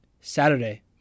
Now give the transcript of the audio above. Saturday